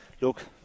look